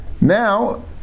Now